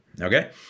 Okay